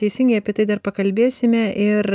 teisingai apie tai dar pakalbėsime ir